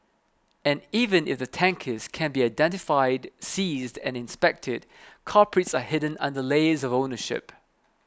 and even if the tankers can be identified seized and inspected culprits are hidden under layers of ownership